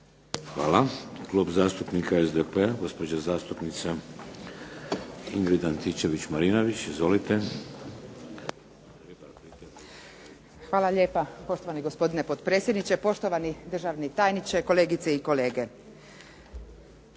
Hvala. Klub zastupnika SDP-a, gospođa zastupnica Ingrid Antičević-Marinović. Izvolite. **Antičević Marinović, Ingrid (SDP)** Hvala lijepa poštovani gospodine potpredsjedniče, poštovani državni tajniče, kolegice i kolege.